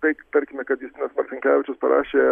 tai tarkime kad justinas marcinkevičius parašė